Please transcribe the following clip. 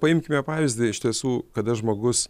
paimkime pavyzdį iš tiesų kada žmogus